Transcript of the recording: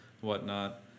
whatnot